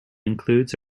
includes